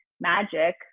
magic